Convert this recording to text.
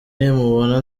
nimubona